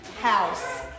house